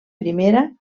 primera